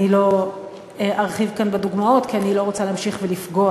אני לא ארחיב כאן בדוגמאות כי אני לא רוצה להמשיך ולפגוע.